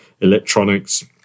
electronics